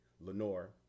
Lenore